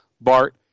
Bart